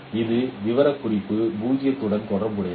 எனவே இந்த விவரக்குறிப்பு 0 உடன் தொடர்புடையது